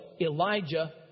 Elijah